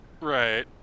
Right